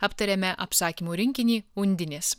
aptarėme apsakymų rinkinį undinės